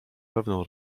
pewną